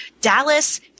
Dallas